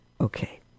Okay